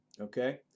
okay